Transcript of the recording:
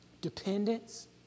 dependence